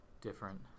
different